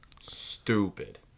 stupid